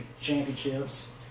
championships